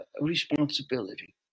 responsibility